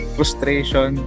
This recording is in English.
Frustration